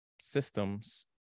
systems